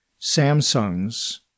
Samsung's